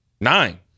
Nine